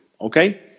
okay